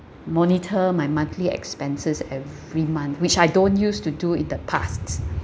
monitor my monthly expenses every month which I don't use to do in the past